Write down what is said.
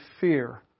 fear